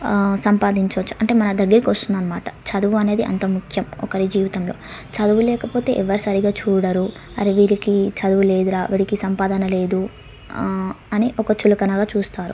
సంపాదించొచ్చు అంటే మన దగ్గరికి వస్తుందన్నమాట చదువు అనేది అంత ముఖ్యం ఒకరి జీవితంలో చదువు లేకపోతే ఎవ్వరు సరిగ్గా చూడరు అరె వీరికి చదువు లేదురా వీడికి సంపాదన లేదు అని ఒక చులకనగా చూస్తారు